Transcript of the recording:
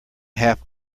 half